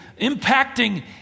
impacting